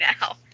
now